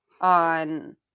on